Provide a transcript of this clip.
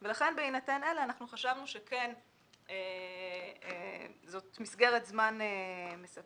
לכן, בהינתן אלה חשבנו שזאת מסגרת זמן מספקת.